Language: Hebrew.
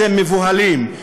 אתם מבוהלים,